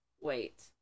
Wait